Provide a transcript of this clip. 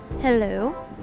Hello